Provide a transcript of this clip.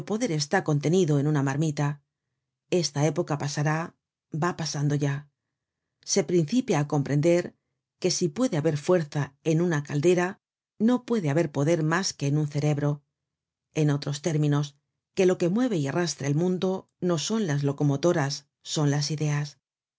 está contenido en una marmita esta época pasará va pasando ya se principia á comprender que si puede haber fuerza en una caldera no puede haber poder mas que en un cerebro en otros términos que lo que mueve y arrastra el mundo no son las locomotoras son las ideas